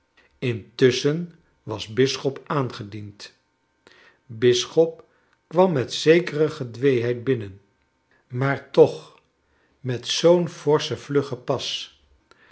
intusschen was bisschop aangediend bisschop kwam met zekere gedweeheid binnen maar toch met zoo'n forschen vluggen pas